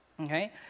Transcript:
Okay